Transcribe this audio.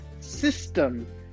system